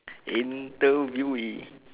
interviewee